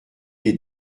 les